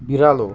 बिरालो